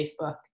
Facebook